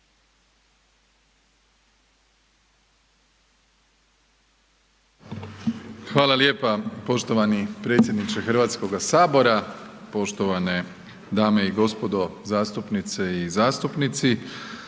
Hvala lijepa poštovani predsjedniče Hrvatskoga sabora, poštovane dame i gospodo, zastupnice i zastupnici.